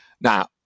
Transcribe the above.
Now